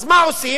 אז מה עושים?